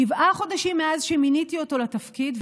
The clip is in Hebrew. שבעה חודשים מאז שמיניתי אותו לתפקיד,